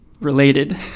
related